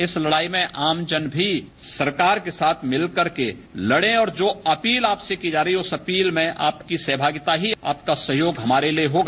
इस लड़ाई में आमजन भी सरकार के साथ मिलकर के लड़े ओर जो अपील आपसे की जा रही है उस अपील में आपकी सहभागिता ही आपका सहयोग हमारे लिये होगा